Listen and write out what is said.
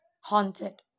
haunted